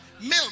Milk